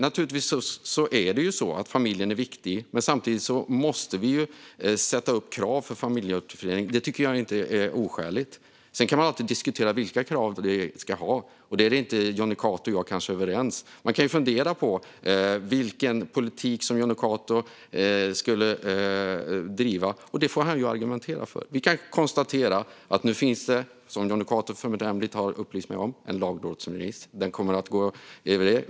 Naturligtvis är familjen viktig, men samtidigt måste vi sätta upp krav för familjeåterförening. Det tycker jag inte är oskäligt. Sedan kan man alltid diskutera vilka krav på det vi ska ha, och där är kanske inte Jonny Cato och jag överens. Man kan fundera på vilken politik som Jonny Cato skulle driva, och det får han ju argumentera för. Vi kan konstatera att det nu, som Jonny Cato förnämligt har upplyst mig om, finns en lagrådsremiss. Den kommer att gå iväg.